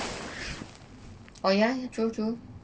oh ya ya true true